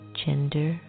gender